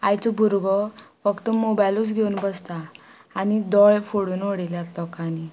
आयचो भुरगो फक्त मोबायलूच घेवन बसता आनी दोळे फोडून उडयल्यात लोकांनी